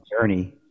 journey